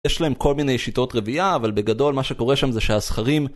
יש להם כל מיני שיטות רבייה אבל בגדול מה שקורה שם זה שהזכרים